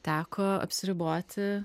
teko apsiriboti